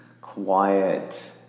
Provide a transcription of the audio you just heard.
quiet